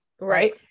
right